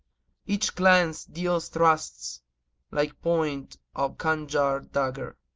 each glance deals thrust like point of khanjar-dagger.